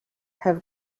have